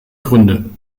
gründe